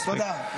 תודה.